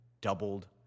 doubled